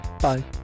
bye